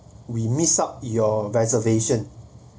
we miss out your reservation